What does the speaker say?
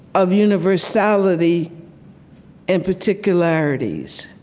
of universality and particularities.